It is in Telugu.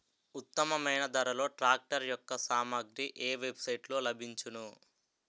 ఉత్తమమైన ధరలో ట్రాక్టర్ యెక్క సామాగ్రి ఏ వెబ్ సైట్ లో లభించును?